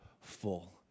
full